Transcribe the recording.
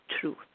truth